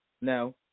no